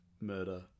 Murder